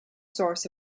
source